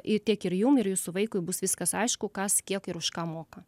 i tiek ir jums ir jūsų vaikui bus viskas aišku kas kiek ir už ką moka